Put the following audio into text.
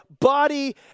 body